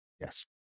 Yes